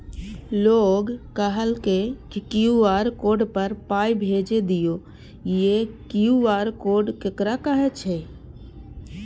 लोग कहलक QR code पर पाय भेज दियौ से क्यू.आर कोड ककरा कहै छै?